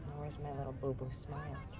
where's my little boo-boo smile?